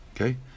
Okay